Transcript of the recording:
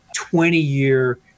20-year